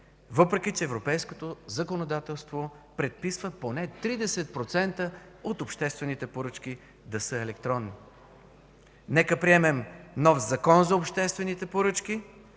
въпреки че европейското законодателство предписва поне 30% от обществените поръчки да са електронни. Нека приемем нов Закон за обществените поръчки,